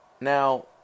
now